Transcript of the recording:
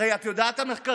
הרי את יודעת את המחקרים,